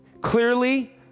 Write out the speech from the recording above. Clearly